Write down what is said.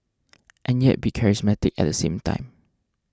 and yet be charismatic at the same time